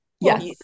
yes